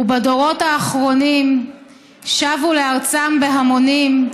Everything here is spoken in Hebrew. ובדורות האחרונים שבו לארצם בהמונים,